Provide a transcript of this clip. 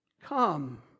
come